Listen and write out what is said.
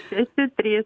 šeši trys